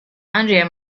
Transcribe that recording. andrea